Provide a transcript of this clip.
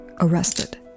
arrested